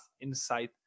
inside